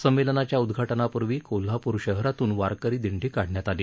संमेलनाच्या उदधाटनापूर्वी कोल्हापूर शहरातून वारकरी दिंडी काढण्यात आली